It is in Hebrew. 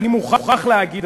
אני מוכרח להגיד,